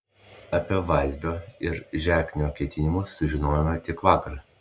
apie vazbio ir žeknio ketinimus sužinojome tik vakar